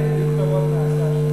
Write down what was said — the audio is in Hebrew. היו כתובות נאצה שם.